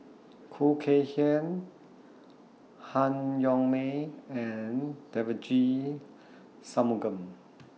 Khoo Kay Hian Han Yong May and Devagi Sanmugam